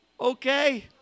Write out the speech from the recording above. okay